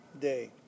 day